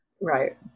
right